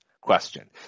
question